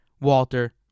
Walter